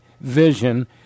vision